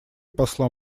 посла